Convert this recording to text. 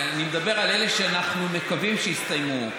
אני מדבר על אלה שאנחנו מקווים שיסתיימו.